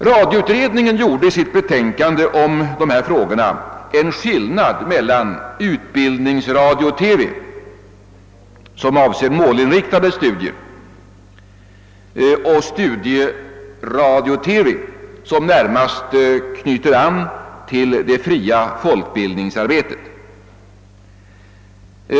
Radioutredningen gjorde i sitt betänkande om dessa frågor en skillnad mellan Utbildningsradio-TV, som avser målinriktade studier, och Studieradio TV, som närmast knyter an till det fria folkbildningsarbetet.